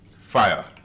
fire